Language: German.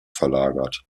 verlagert